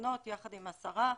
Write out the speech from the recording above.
פתרונות יחד עם השרה.